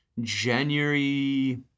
January